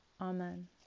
Amen